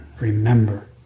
remember